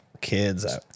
kids